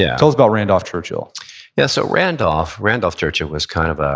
yeah tell us about randolph churchill yeah, so randolph, randolph churchill was kind of a,